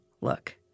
look